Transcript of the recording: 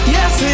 Yes